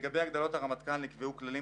לגבי הגדלות הרמטכ"ל נקבעו כללים